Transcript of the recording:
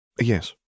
Yes